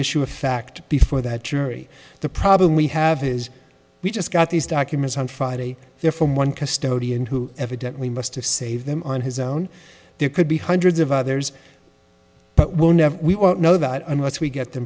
issue of fact before that jury the problem we have is we just got these documents on friday there from one custodian who evidently must have saved them on his own there could be hundreds of others but we'll never we know that unless we get the